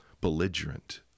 belligerent